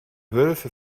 wölfe